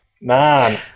man